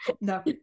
no